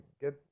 Get